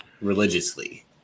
religiously